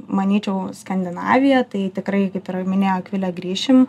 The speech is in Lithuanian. manyčiau skandinavija tai tikrai kaip ir minėjo akvilė grįšim